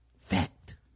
Fact